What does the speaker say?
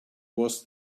was